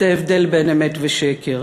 את ההבדל בין אמת ושקר.